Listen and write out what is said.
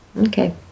Okay